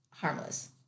Harmless